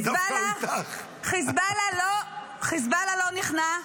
חיזבאללה לא נכנע,